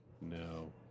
No